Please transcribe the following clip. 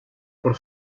por